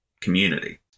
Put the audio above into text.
community